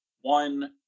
one